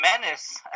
menace